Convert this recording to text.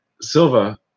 Silva